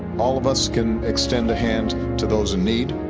all of us can extend the hand to those in need.